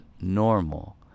normal